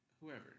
whoever